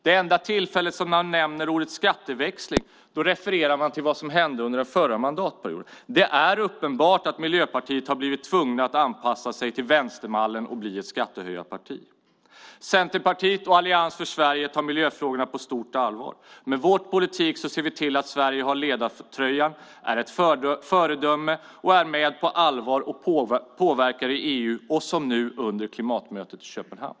Det enda tillfälle man nämner ordet "skatteväxling" är när man refererar till vad som hände under den förra mandatperioden. Det är uppenbart att Miljöpartiet har blivit tvunget att anpassa sig till vänstermallen och bli ett skattehöjarparti. Centerpartiet och Allians för Sverige tar miljöfrågorna på stort allvar. Med vår politik ser vi till att Sverige har ledartröjan, är ett föredöme och är med på allvar och påverkar i EU och som nu under klimatmötet i Köpenhamn.